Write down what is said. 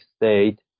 State